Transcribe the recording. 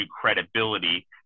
credibility